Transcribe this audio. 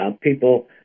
people